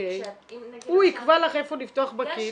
אם נגיד -- הוא יקבע לך איפה לפתוח בקהילה?